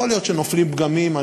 יכול להיות שנופלים פגמים.